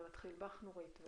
נתחיל אתך, נורית.